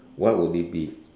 what would it be